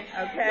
okay